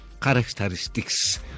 characteristics